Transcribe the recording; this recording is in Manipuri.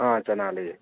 ꯑꯥ ꯆꯅꯥ ꯂꯩꯌꯦ